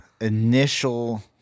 initial